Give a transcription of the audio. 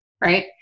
Right